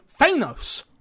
Thanos